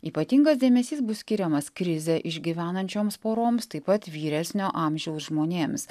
ypatingas dėmesys bus skiriamas krizę išgyvenančioms poroms taip pat vyresnio amžiaus žmonėms